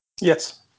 Yes